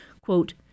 Quote